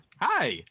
Hi